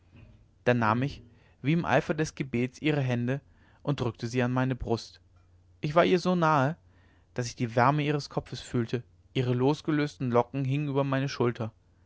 da nahm ich wie im eifer des gebets ihre hände und drückte sie an meine brust ich war ihr so nahe daß ich die wärme ihres körpers fühlte ihre losgelösten locken hingen über meine schulter